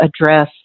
address